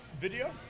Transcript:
video